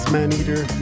Maneater